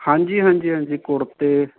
ਹਾਂਜੀ ਹਾਂਜੀ ਹਾਂਜੀ ਕੁੜਤੇ